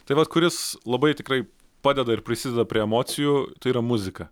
tai vat kuris labai tikrai padeda ir prisideda prie emocijų tai yra muzika